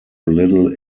little